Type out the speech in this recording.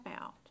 out